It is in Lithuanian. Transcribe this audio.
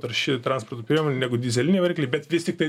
tarši transporto priemonė negu dyzeliniai varikliai bet vis tiktai